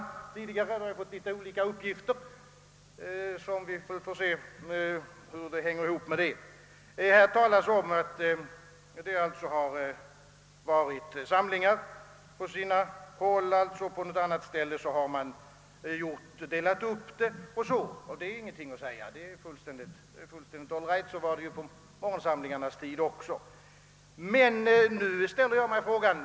I sitt svar här talar statsrådet om att det har förekommit gemensamma samlingar på sina håll, medan man på något annat ställe har delat upp eleverna. Det är ingenting att säga om detta; det är fullständigt all right. Så gjorde man också på morgonsamlingarnas tid.